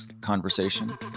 conversation